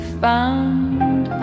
found